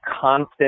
constant